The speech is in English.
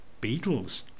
Beatles